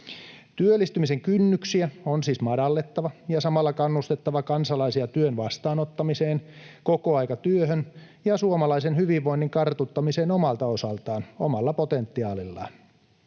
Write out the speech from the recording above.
Työllistymisen kynnyksiä on siis madallettava ja samalla kannustettava kansalaisia työn vastaanottamiseen, kokoaikatyöhön ja suomalaisen hyvinvoinnin kartuttamiseen omalta osaltaan, omalla potentiaalillaan.